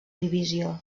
divisió